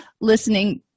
listening